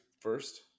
first